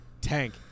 tank